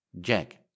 Jack